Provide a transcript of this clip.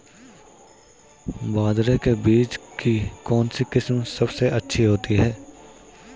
बाजरे के बीज की कौनसी किस्म सबसे अच्छी होती है?